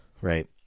right